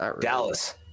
Dallas